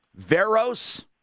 Veros